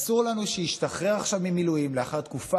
אסור לנו שישתחרר עכשיו ממילואים אחרי תקופה